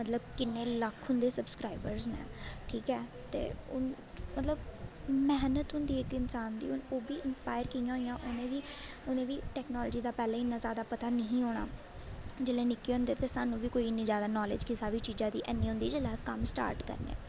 मतलब किन्ने लक्ख उंदे सव्सक्राईवर्स न ठीकऐ ते हून मतलब मैह्नत होंदी इक इंसान दी हून ओह् बी इंस्पायर कि'यां होइयां उ'नें बी उ'नें बी टैकनालजी दा पैह्लें इन्ना जादा पता निही होना जिल्लै निक्के होंदे हे ते सानूं बी कोई इन्नी जादा नालेज़ किसै बी चीजा दी हैनी होंदी जिसलै अस कम्म स्टार्ट करने